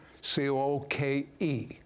C-O-K-E